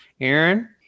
Aaron